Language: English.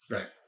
Right